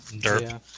Dirt